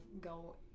go